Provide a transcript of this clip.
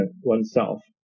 oneself